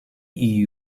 iyi